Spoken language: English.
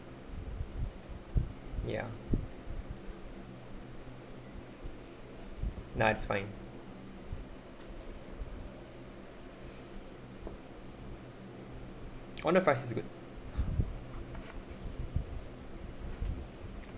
ya nah it's fine oh no fries is good